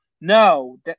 no